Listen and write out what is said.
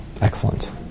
excellent